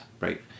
right